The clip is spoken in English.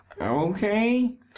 Okay